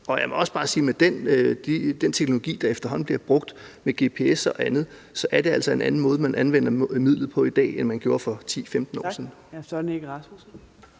Jeg må også bare sige, at med den teknologi, der efterhånden bliver brugt, med gps og andet, så er det altså en anden måde, man anvender midlet på i dag end for 10-15 år siden.